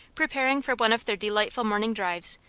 preparing for one of their delightful morning drives,